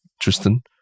Tristan